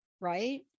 right